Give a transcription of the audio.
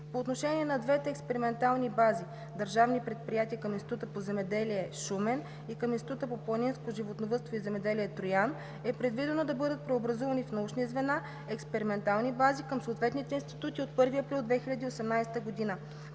По отношение на двете експериментални бази – държавни предприятия – към Института по земеделие – Шумен, и към Института по планинско животновъдство и земеделие – Троян, е предвидено да бъдат преобразувани в научни звена – експериментални бази към съответните институти от 1 април 2018 г.